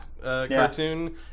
cartoon